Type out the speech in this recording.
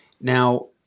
Now